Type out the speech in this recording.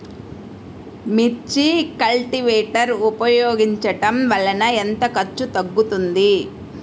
మిర్చి కల్టీవేటర్ ఉపయోగించటం వలన ఎంత ఖర్చు తగ్గుతుంది?